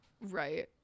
right